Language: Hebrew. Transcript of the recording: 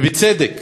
ובצדק,